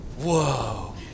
whoa